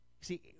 see